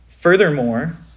Furthermore